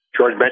George